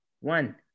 one